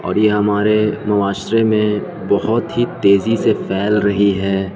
اور یہ ہمارے معاشرے میں بہت ہی تیزی سے پھیل رہی ہے